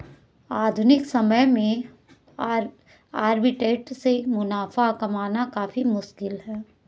आधुनिक समय में आर्बिट्रेट से मुनाफा कमाना काफी मुश्किल है